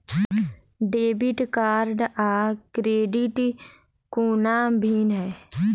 Debit card आ credit कोना भिन्न है?